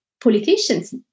politicians